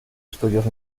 estudios